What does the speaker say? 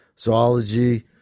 zoology